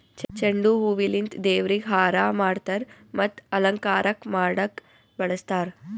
ಚೆಂಡು ಹೂವಿಲಿಂತ್ ದೇವ್ರಿಗ್ ಹಾರಾ ಮಾಡ್ತರ್ ಮತ್ತ್ ಅಲಂಕಾರಕ್ಕ್ ಮಾಡಕ್ಕ್ ಬಳಸ್ತಾರ್